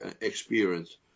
experience